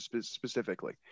specifically